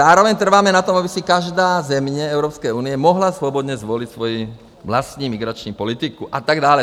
Zároveň trváme na tom, aby si každá země Evropské unie mohla svobodně zvolit svoji vlastní migrační politiku, a tak dále.